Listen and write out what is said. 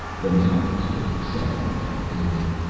the mountains were silent and empty.